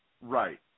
Right